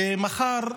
ומחר,